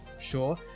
sure